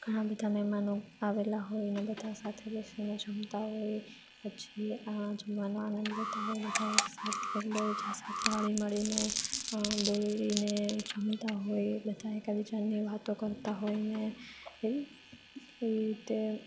ઘણા બધા મહેમાનો આવેલા હોય અને બધા સાથે બેસીને જમતા હોય પછી આ જ મહેમાનો છે ઘણા બધા એકબીજા સાથે હળી મળીને બોલીને જમતા હોય એ બધા એકાબીજાની વાતો કરતા હોય ને એવી રીતે